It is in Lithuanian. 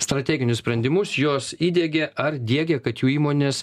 strateginius sprendimus jos įdiegė ar diegė kad jų įmonės